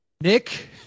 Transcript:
Nick